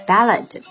Ballad